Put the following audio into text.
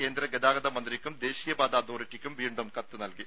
കേന്ദ്ര ഗതാഗത മന്ത്രിക്കും ദേശീയപാത അതോറിറ്റിയ്ക്കും വീണ്ടും കത്തു നൽകി